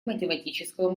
математического